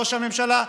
ראש הממשלה,